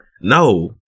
no